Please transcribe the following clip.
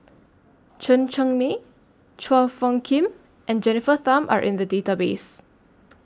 Chen Cheng Mei Chua Phung Kim and Jennifer Tham Are in The Database